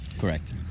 Correct